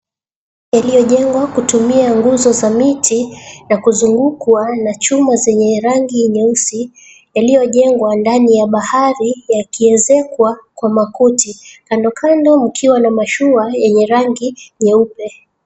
Yaliyojengwa kutumia nguzo za miti na kuzungukwa na chuma yenye rangi nyeusi iliyojengwa ndani ya bahari yakiezekwa kwa makuti kando kando mkiwa na mashua yenye rangi nyeupe.